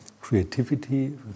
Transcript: creativity